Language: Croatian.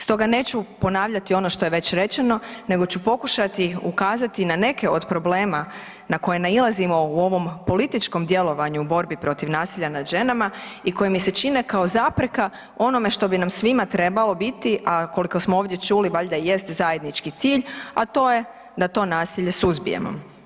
Stoga neću ponavljati ono što je već rečeno nego ću pokušati ukazati na neke od problema na koje nailazimo u ovom političkom djelovanju u borbi protiv nasilja nad ženama i koje mi se čine kao zapreka onome što bi nam svima trebalo biti, a koliko smo ovdje i čuli, valjda jest zajednički cilj, a to je da to nasilje suzbijemo.